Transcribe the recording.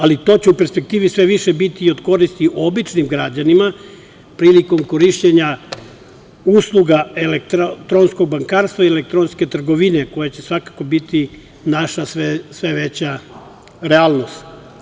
Ali, to će u perspektivi sve više biti od koristi običnim građanima prilikom korišćenja usluga elektronskog bankarstva i elektronske trgovine, koje će svakako biti naša sve veća realnost.